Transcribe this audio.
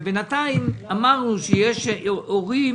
ובינתיים אמרנו שיש הורים